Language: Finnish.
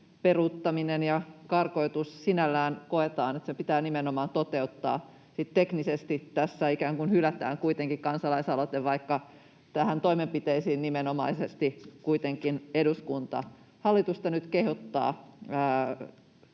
peruuttaminen ja karkotus sinällään pitää nimenomaan toteuttaa. Teknisesti tässä ikään kuin hylätään kansalaisaloite, vaikka kuitenkin näihin toimenpiteisiin nimenomaisesti eduskunta lähes kokonaisuudessaan hallitusta kehottaa